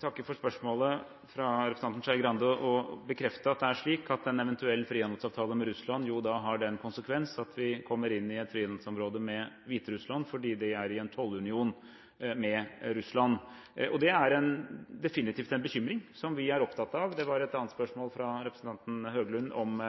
takke for spørsmålet fra representanten Skei Grande og bekrefte at en eventuell frihandelsavtale med Russland har den konsekvens at vi kommer inn i et frihandelsområde med Hviterussland, fordi de er i en tollunion med Russland. Det er definitivt en bekymring som vi er opptatt av. Det var et annet spørsmål fra representanten Høglund om